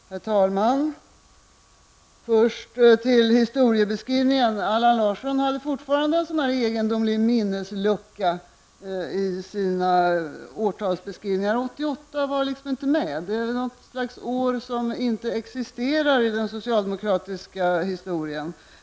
Herr talman! Först till historieskrivningen. Allan Larsson hade fortfarande en egendomlig minneslucka när han talade om årtal. 1988 var inte med. Det är väl ett år som inte existerar i den socialdemokratiska historien.